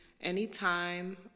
anytime